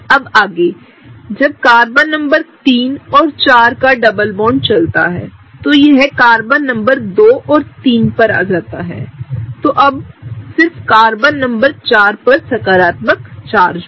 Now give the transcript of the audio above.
अगले मामले में जब कार्बन नंबर 3 4 का डबल बॉन्ड चलता है तो यहकार्बननंबर 2 और 3 पर आ जाता है तो अब कार्बन नंबर 4 पर सकारात्मक चार्ज होगा